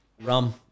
Rum